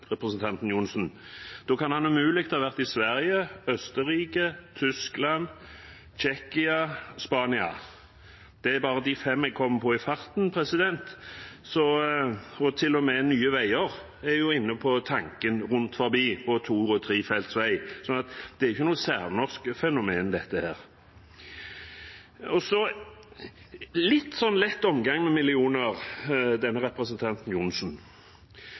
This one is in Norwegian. representanten Johnsen sa at to-/trefeltsvei er et særnorsk fenomen. Da kan han umulig å ha vært i Sverige, Østerrike, Tyskland, Tsjekkia eller Spania. I farten kommer jeg bare på disse fem. Til og med Nye Veier er jo inne på tanken om to-/trefeltsvei rundt omkring. Dette er ikke noe særnorsk fenomen. Så hadde han en litt lett omgang med prosenter, representanten Johnsen: